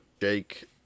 Jake